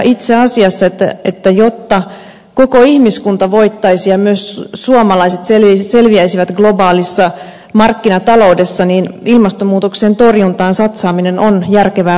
itse asiassa jotta koko ihmiskunta voittaisi ja myös suomalaiset selviäisivät globaalissa markkinataloudessa ilmastonmuutoksen torjuntaan satsaaminen on järkevää politiikkaa